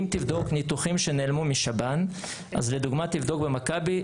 אם תבדוק ניתוחים שנעלמו משב"ן אז לדוגמה תבדוק במכבי,